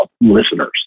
listeners